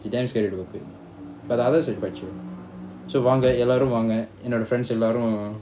she damn scary though but the others is quite chill வாங்கஎல்லாரும்வாங்கஎன்னோட:vanga ellarum vanga ennoda friends எல்லாரும்:ellarum